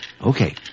Okay